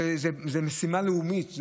זו משימה לאומית,